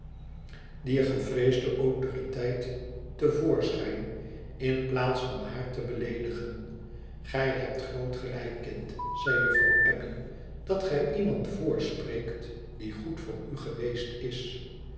autoriteit te voorschijn in plaats van haar te beleedigen gij hebt groot gelijk kind zei juffrouw abbey dat gij iemand voorspreekt die goed voor u geweest is